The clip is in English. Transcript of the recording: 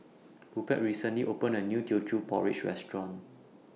Rupert recently opened A New Teochew Porridge Restaurant